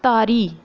तारी